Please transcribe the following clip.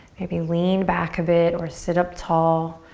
maybe lean back a bit or sit up tall.